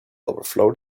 overflowed